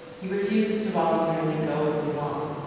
he refuses to voluntarily go with his mom.